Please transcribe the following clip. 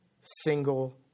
single